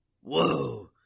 Whoa